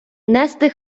нести